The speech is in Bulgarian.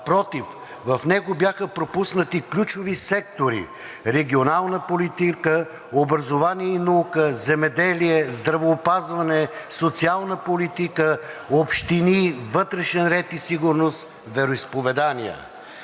в него бяха пропуснати ключови сектори – регионална политика, образование и наука, земеделие, здравеопазване, социална политика, общини, вътрешен ред и сигурност, вероизповедания.